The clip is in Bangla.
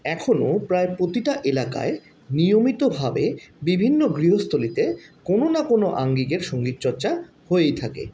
এখনও প্রায় প্রতিটা এলাকায় নিয়মিতভাবে বিভিন্ন গৃহস্থালিতে কোনো না কোনো আঙ্গিকের সঙ্গীতচর্চা হয়েই থাকে